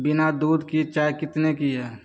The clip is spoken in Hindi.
बिना दूध की चाय कितने की है